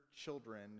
children